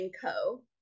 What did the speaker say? Co